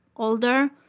Older